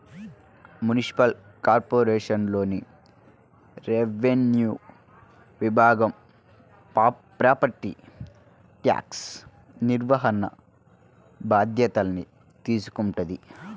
municipal కార్పొరేషన్లోని revenue విభాగం property tax నిర్వహణ బాధ్యతల్ని తీసుకుంటది